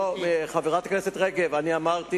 לא, חברת הכנסת רגב, אני אמרתי